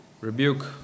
rebuke